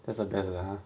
that's the best lah !huh!